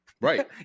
Right